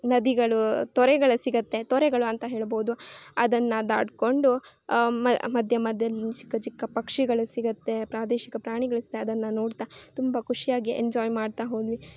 ನದಿಗಳೂ ತೊರೆಗಳು ಸಿಗುತ್ತೆ ತೊರೆಗಳು ಅಂತ ಹೇಳ್ಬೌದು ಅದನ್ನು ದಾಟಿಕೊಂಡು ಮಧ್ಯ ಮಧ್ಯಲಿ ಚಿಕ್ಕ ಚಿಕ್ಕ ಪಕ್ಷಿಗಳು ಸಿಗುತ್ತೆ ಪ್ರಾದೇಶಿಕ ಪ್ರಾಣಿಗಳು ಅನ್ನು ನೋಡ್ತಾ ತುಂಬ ಖುಷಿಯಾಗಿ ಎಂಜಾಯ್ ಮಾಡ್ತಾ ಹೋದ್ವಿ